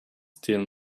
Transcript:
still